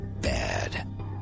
bad